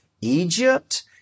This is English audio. Egypt